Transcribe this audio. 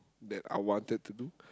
that I wanted to do